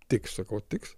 tiks sakau tiks